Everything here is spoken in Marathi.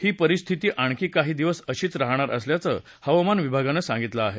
ही परिस्थिती आणखी काही दिवस अशीच राहणार असल्याचं हवामान विभागानं सांगितलं आहे